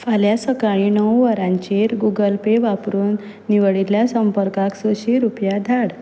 फाल्यां सकाळीं णव वरांचेर गूगल पे वापरून निवडिल्ल्या संपर्कांक संयशी रुपया धाड